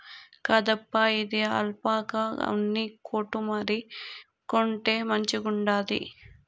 కాదప్పా, ఇది ఆల్పాకా ఉన్ని కోటు మరి, కొంటే మంచిగుండాది